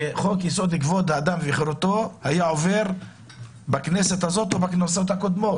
שחוק-יסוד: כבוד האדם וחרותו היה עובר בכנסת זו או בקודמות לה.